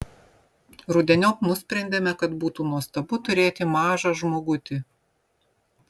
rudeniop nusprendėme kad būtų nuostabu turėti mažą žmogutį